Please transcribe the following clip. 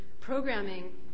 programming